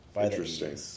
interesting